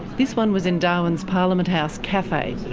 this one was in darwin's parliament house cafe.